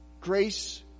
Grace